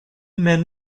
men